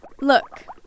Look